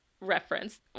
reference